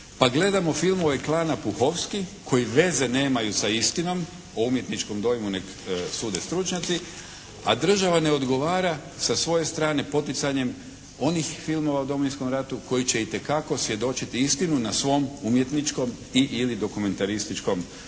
pa gledamo filmove klana Puhovski koji veze nemaju sa istinom, o umjetničkom dojmu nek sude stručnjaci, a država ne odgovara sa svoje strane poticanjem onih filmova o Domovinskom ratu koji će itekako svjedočiti istinu na svom umjetničkom i/ili dokumentarističkom žanru.